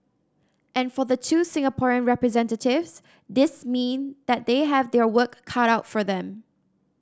and for the two Singaporean representatives this mean that they have their work cut out for them